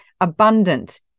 abundant